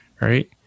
Right